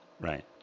Right